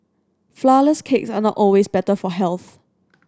flourless cakes are not always better for health